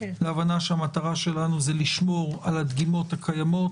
להבנה שהמטרה שלנו זה לשמור על הדגימות הקיימות,